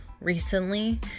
recently